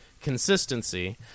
consistency